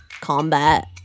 combat